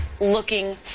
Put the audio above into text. looking